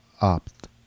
opt